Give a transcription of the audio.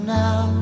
now